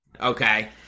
Okay